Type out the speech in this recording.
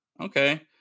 Okay